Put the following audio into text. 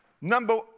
number